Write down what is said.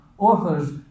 authors